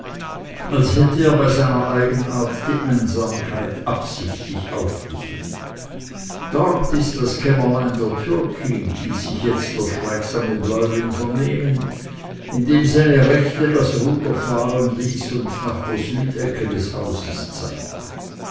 als hätte er bei seiner eigenart die einsamkeit absichtlich aufgesucht dort ist das kämmerlein der türkin ließ sich jetzt der schweigsame bläuling vernehmen indem seine rechte das ruder fahren ließ und nach der südecke des hauses zeigte